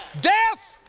death!